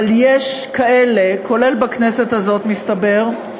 אבל יש כאלה, כולל בכנסת הזאת, מסתבר,